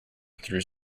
through